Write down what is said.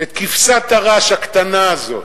את כבשת הרש הקטנה הזאת,